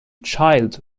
child